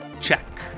Check